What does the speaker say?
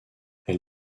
elle